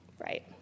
Right